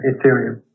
Ethereum